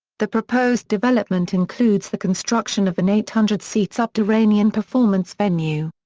the proposed development includes the construction of an eight hundred seat subterranean performance venue.